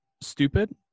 stupid